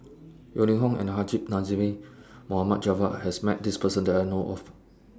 Yeo Ning Hong and Haji Namazie Mohd Javad has Met This Person that I know of